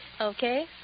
Okay